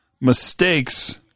mistakes